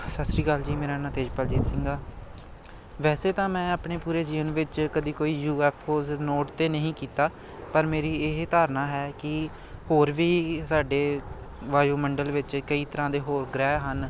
ਸਤਿ ਸ਼੍ਰੀ ਅਕਾਲ ਜੀ ਮੇਰਾ ਨਾਂ ਤੇਜਪਾਲਜੀਤ ਸਿੰਘ ਆ ਵੈਸੇ ਤਾਂ ਮੈਂ ਆਪਣੇ ਪੂਰੇ ਜੀਵਨ ਵਿੱਚ ਕਦੀ ਕੋਈ ਯੂ ਐੱਫ ਓਜ ਨੋਟ ਤਾਂ ਨਹੀਂ ਕੀਤਾ ਪਰ ਮੇਰੀ ਇਹ ਧਾਰਨਾ ਹੈ ਕਿ ਹੋਰ ਵੀ ਸਾਡੇ ਵਾਯੂਮੰਡਲ ਵਿੱਚ ਕਈ ਤਰ੍ਹਾਂ ਦੇ ਹੋਰ ਗ੍ਰਹਿ ਹਨ